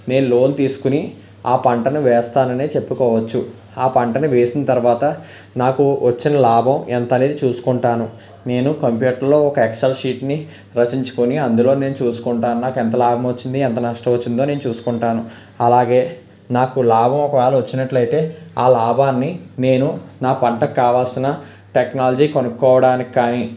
నేను లోన్ తీసుకొని ఆ పంటను వేస్తానని చెప్పుకోవచ్చు ఆ పంటని వేసిన తర్వాత నాకు వచ్చిన లాభం ఎంత అనేది చూసుకుంటాను నేను కంప్యూటర్లో ఒక ఎక్సెల్ షీట్ని రచించుకొని అందులో నేను చూసుకుంటా నాకు ఎంత లాభం వచ్చింది ఎంత నష్టం వచ్చింది నేను చూసుకుంటాను అలాగే నాకు లాభం ఒకవేళ వచ్చినట్లయితే ఆ లాభాన్ని నేను నా పంటకు కావాల్సిన టెక్నాలజీ కొనుక్కోవడానికి కానీ